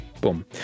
boom